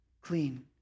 clean